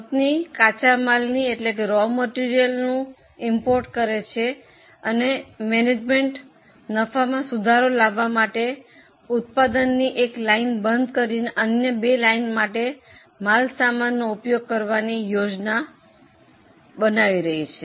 company કાચા માલની આયાત કરે છે અને વહીવટ નફામાં સુધારો લાવવા માટે ઉત્પાદનની એક લાઇન બંધ કરીને અન્ય બે લાઇનો માટે માલ સામાનનો ઉપયોગ કરવાની યોજના બનાવી રહી છે